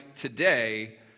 today